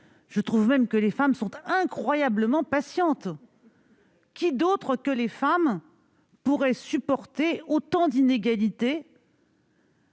je trouve même que les femmes sont incroyablement patientes ! Qui d'autre que les femmes pourraient supporter autant d'inégalités